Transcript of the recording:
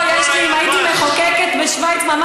אם היינו בשווייץ, אף חוק.